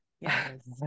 yes